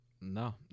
No